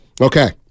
Okay